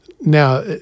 Now